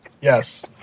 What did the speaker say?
Yes